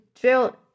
drill